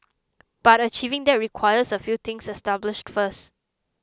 but achieving that requires a few things established first